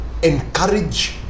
Encourage